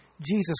Jesus